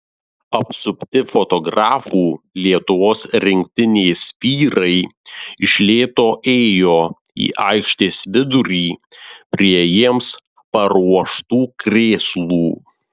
apsupti fotografų lietuvos rinktinės vyrai iš lėto ėjo į aikštės vidurį prie jiems paruoštų krėslų